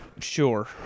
Sure